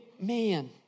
man